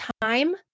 time